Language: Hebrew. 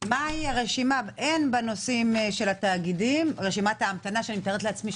מה הרשימה הן בנושאים של התאגידים רשימת ההמתנה שאני מתארת לעצמי,